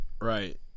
Right